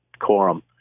quorum